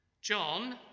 John